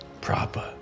proper